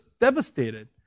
devastated